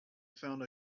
found